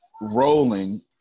rolling